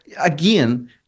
Again